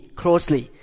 closely